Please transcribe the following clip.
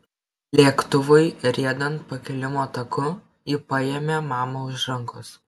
lėktuvui riedant pakilimo taku ji paėmė mamą už rankos